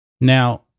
Now